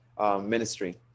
ministry